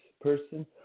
person